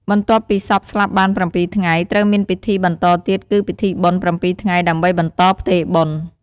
បន្ទាប់ពីសពស្លាប់បាន៧ថ្ងៃ ត្រូវមានពិធីបន្តទៀត គឺ ពិធីបុណ្យ ៧ថ្ងៃ ដើម្បីបន្តផ្ទេរបុណ្យ។